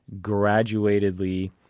graduatedly